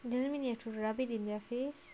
it doesn't mean you have to rub it in their face